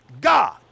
God